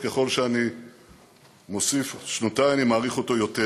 ככל שאני מוסיף שנותי, אני מעריך אותו יותר.